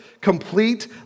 complete